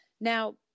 now